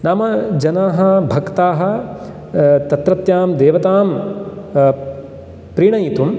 नाम जनाः भक्ताः तत्रत्यां देवतां प्रीणयितुं